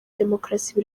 demokarasi